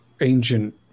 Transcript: ancient